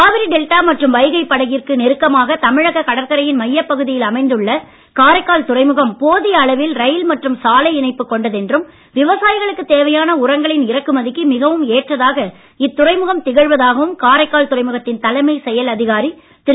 Kaveri delta மற்றும் வைகை படுகைக்கு நெருக்கமாக தமிழக கடற்கரையின் மையப் பகுதியில் அமைந்துள்ள காரைக்கால் துறைமுகம் போதிய அளவில் ரயில் மற்றும் சாலை இணைப்பு கொண்டது என்றும் விவசாயிகளுக்கு தேவையான இறக்குமதிக்கு மிகவும் ஏற்றதாக இத்துறைமுகம் உரங்களின் திகழ்வதாகவும் காரைக்கால் துறைமுகத்தின் தலைமைச் செயல் அதிகாரி திரு